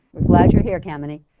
glad you're here kamini.